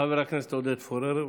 חבר הכנסת עודד פורר,